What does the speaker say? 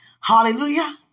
Hallelujah